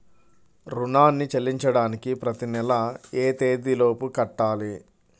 రుణాన్ని చెల్లించడానికి ప్రతి నెల ఏ తేదీ లోపు కట్టాలి?